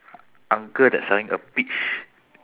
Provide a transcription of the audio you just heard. with a straw hat